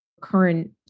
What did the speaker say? current